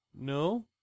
No